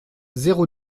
zéro